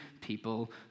people